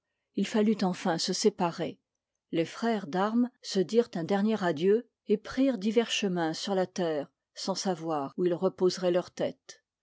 il fallut enfin se séparer les frères d'armes se dirent un dernier adieu et prirent divers chemins sur la terre sans savoir où ils reposeroient leur tête